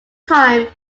time